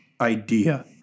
idea